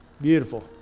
Beautiful